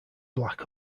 black